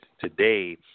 today